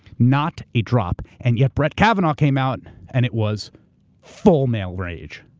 not a drop, and yet brett kavanaugh came out and it was full male rage,